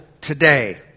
today